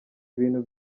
ibintu